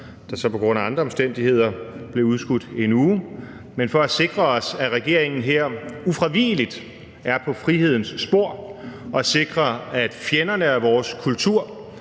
der så på grund af andre omstændigheder blev udskudt en uge – for at sikre os, at regeringen her ufravigeligt er på frihedens spor, og for at sikre, at fjenderne af vores kultur,